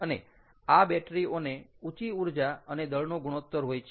અને આ બેટરી ઓને ઊચી ઊર્જા અને દળનો ગુણોત્તર હોય છે